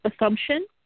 assumption